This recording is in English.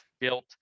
built